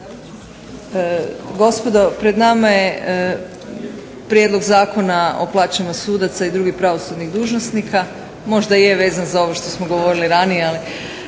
Gospodo, pred nama je Prijedlog zakona o dopuni Zakona o plaćama sudaca i drugih pravosudnih dužnosnika, možda je vezan za ovo što smo govorili ranije.